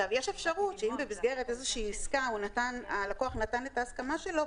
יש אפשרות שאם במסגרת איזושהי עסקה הלקוח נתן את ההסכמה שלו,